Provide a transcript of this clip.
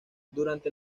durante